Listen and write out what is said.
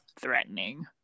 threatening